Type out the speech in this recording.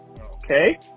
Okay